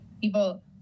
people